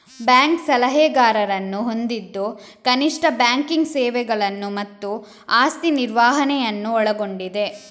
bank ಸಲಹೆಗಾರರನ್ನು ಹೊಂದಿದ್ದು ಕನಿಷ್ಠ ಬ್ಯಾಂಕಿಂಗ್ ಸೇವೆಗಳನ್ನು ಮತ್ತು ಆಸ್ತಿ ನಿರ್ವಹಣೆಯನ್ನು ಒಳಗೊಂಡಿದೆ